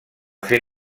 fer